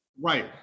Right